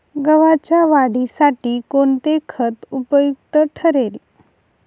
गव्हाच्या वाढीसाठी कोणते खत उपयुक्त ठरेल?